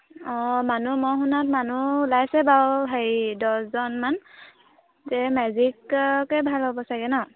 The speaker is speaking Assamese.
অঁ মানুহ মই শুনাত মানুহ ওলাইছে বাৰু হেৰি দহজনমান যে মেজিককে ভাল হ'ব চাগে নহ্